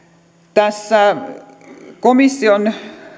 tässä komission